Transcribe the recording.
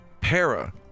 para